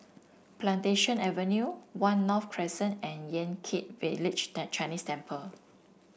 Plantation Avenue One North Crescent and Yan Kit Village Chinese Temple